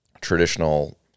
traditional